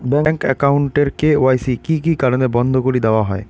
Bank account এর KYC কি কি কারণে বন্ধ করি দেওয়া হয়?